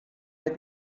der